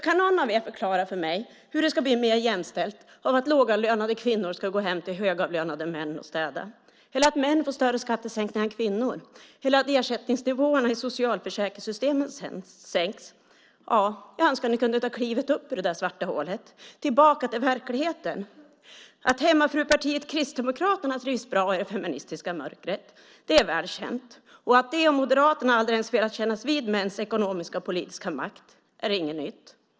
Kan någon av er förklara för mig hur det ska bli mer jämställt av att lågavlönade kvinnor går hem till högavlönade män och städar eller att män får större skattesänkningar än kvinnor eller att ersättningsnivåerna i socialförsäkringssystemen sänks? Ja, jag önskar att ni kunde ha klivit upp ur det där svarta hålet tillbaka till verkligheten. Att hemmafrupartiet Kristdemokraterna trivs bra i det feministiska mörkret är väl känt, och att Moderaterna inte vill kännas vid mäns ekonomisk-politiska makt är inget nytt.